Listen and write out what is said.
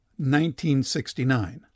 1969